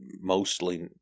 mostly